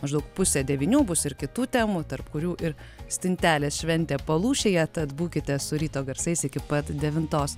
maždaug pusę devynių bus ir kitų temų tarp kurių ir stintelės šventė palūšėje tad būkite su ryto garsais iki pat devintos